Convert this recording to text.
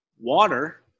Water